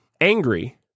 angry